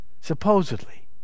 supposedly